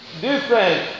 different